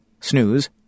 snooze